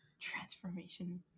transformation